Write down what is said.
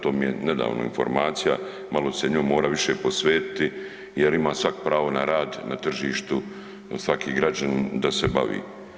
To mi je nedavno informacija, malo ću se njome morati više posvetiti jer ima svak pravo na rad na tržištu i svaki građanin da se bavi.